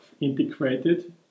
integrated